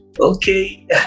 Okay